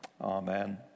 Amen